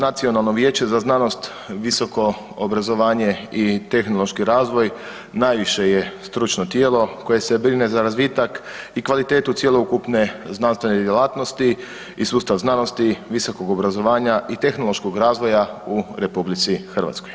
Nacionalno vijeće za znanost i visoko obrazovanje i tehnološki razvoj najviše je stručno tijelo koje se brine za razvitak i kvalitetu cjelokupne znanstvene djelatnosti i sustav znanosti i visokog obrazovanja i tehnološkoj razvoja u RH.